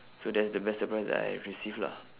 so that's the best surprise that I have received lah